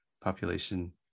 population